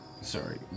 Sorry